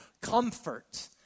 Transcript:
comfort